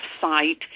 site